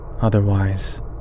Otherwise